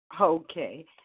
Okay